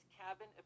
cabin